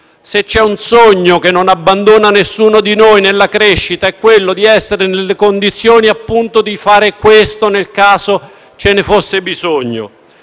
Se c'è un sogno che non abbandona nessuno di noi nella crescita è quello di essere nelle condizioni di fare questo nel caso ce ne fosse bisogno.